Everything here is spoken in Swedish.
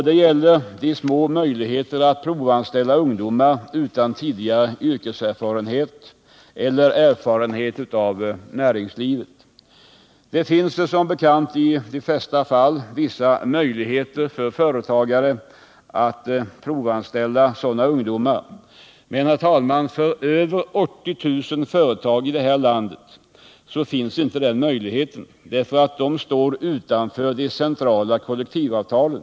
Det gäller de små möjligheterna att provanställa ungdomar utan tidigare yrkeserfarenhet eller erfarenhet av näringslivet. Det finns som bekant i de flesta fall vissa möjligheter för företagarna att provanställa sådana ungdomar, men för över 80 000 företag i det här landet finns inte de möjligheterna eftersom de står utanför de centrala kollektivavtalen.